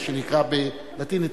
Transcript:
מה שנקרא בלטינית,